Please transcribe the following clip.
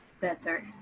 better